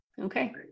Okay